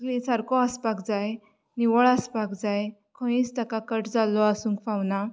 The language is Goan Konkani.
सारको आसपाक जाय निवळ आसपाक जाय खंयच ताका कट जाल्लो आसूंक फावना